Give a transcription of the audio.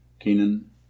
Keenan